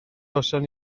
gawson